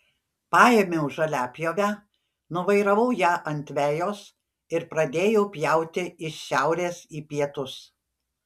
paėmiau žoliapjovę nuvairavau ją ant vejos ir pradėjau pjauti iš šiaurės į pietus